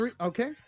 Okay